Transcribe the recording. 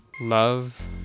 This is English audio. love